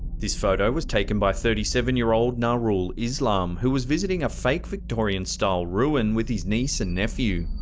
this photo was taken by thirty seven year old nurul islam, who was visiting a fake victorian style ruin with his niece and nephew.